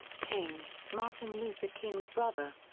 king, martin luther king's brother.